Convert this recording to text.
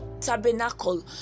tabernacle